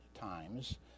times